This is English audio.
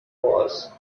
wars